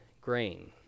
grain